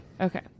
okay